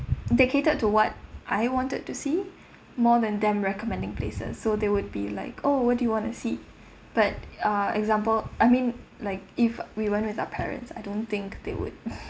they catered to what I wanted to see more than them recommending places so they would be like oh what do you want to see but uh example I mean like if we went with our parents I don't think they would